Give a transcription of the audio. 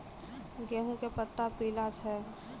गेहूँ के पत्ता पीला छै?